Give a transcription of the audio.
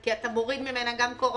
כי אתה מוריד ממנה גם הוצאות קורונה.